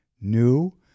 new